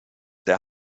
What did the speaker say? der